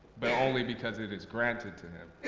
but only because it is granted to him.